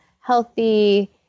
healthy